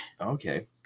okay